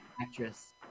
actress